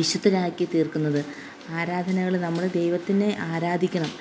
വിശുദ്ധരാക്കി തീർക്കുന്നത് ആരാധനകൾ നമ്മുടെ ദൈവത്തിനെ ആരാധിക്കണം